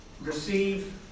receive